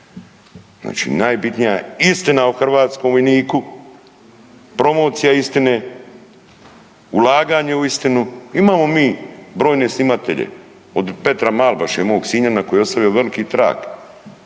Znači, najbitnija je istina o hrvatskom vojniku, promocija istine, ulaganje u istinu. Imamo mi brojne snimatelje, od Petra Malbaše i mog Sinjana koji je ostavio veliki trag,